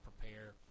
prepare